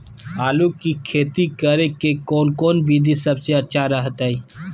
आलू की खेती करें के कौन कौन विधि सबसे अच्छा रहतय?